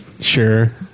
Sure